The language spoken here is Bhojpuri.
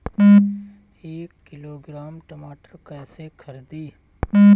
एक किलोग्राम टमाटर कैसे खरदी?